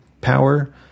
power